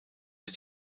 sie